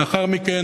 לאחר מכן,